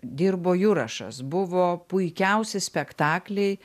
dirbo jurašas buvo puikiausi spektakliai